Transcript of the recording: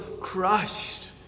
crushed